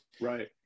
Right